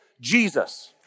Jesus